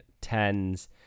tens